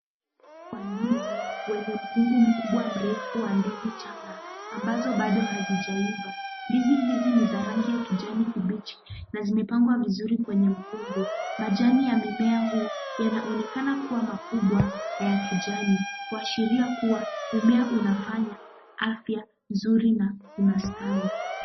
Maandizi wenye mkungu mrefu wa ndizi changa ambazo bado hazijaiva ,ndizi hizi ni za rangi ya kijani kibichi na zimepangwa vizuri kwenye mkungu. Majani ya mmea huu yanaonekana kuwa makubwa na ya kijani kuashiria kuwa mmea unafanya , afya nzuri na unastawi.